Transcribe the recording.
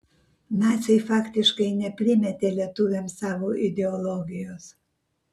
naciai faktiškai neprimetė lietuviams savo ideologijos